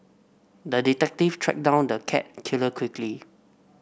the detective tracked down the cat killer quickly